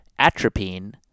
atropine